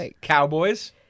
Cowboys